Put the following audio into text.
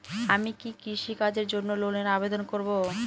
আমি কি কৃষিকাজের জন্য লোনের আবেদন করব?